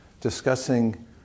discussing